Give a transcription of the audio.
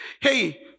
hey